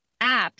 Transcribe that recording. apps